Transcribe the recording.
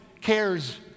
cares